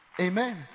Amen